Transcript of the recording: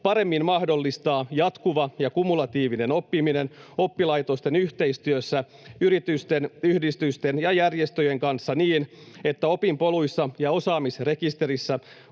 paremmin jatkuva ja kumulatiivinen oppiminen oppilaitosten yhteistyössä yritysten, yhdistysten ja järjestöjen kanssa niin, että opinpoluissa ja osaamisrekisterissä